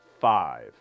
five